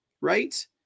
right